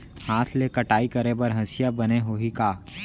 हाथ ले कटाई करे बर हसिया बने होही का?